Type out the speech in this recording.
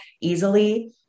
easily